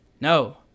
No